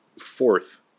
fourth